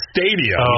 Stadium